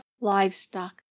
livestock